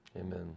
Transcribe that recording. Amen